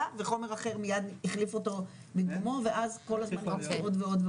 וחומר אחר מיד החליף אותו במקומו ואז כל הזמן עוד ועוד,